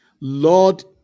Lord